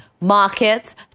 markets